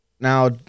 Now